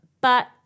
But-